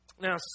Now